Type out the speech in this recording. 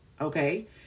okay